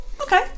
okay